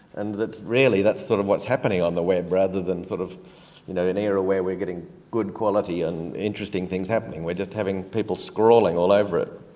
and that really that's sort of what's happening on the web, rather than sort of you know an era where we're getting good quality and interesting things happening. we're just having people scrawling all over it.